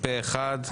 פה אחד.